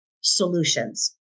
solutions